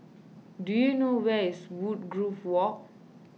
do you know where is Woodgrove Walk